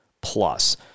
plus